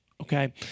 okay